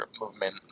movement